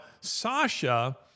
Sasha